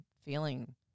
feeling